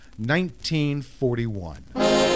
1941